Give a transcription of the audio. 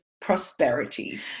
prosperity